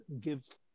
gives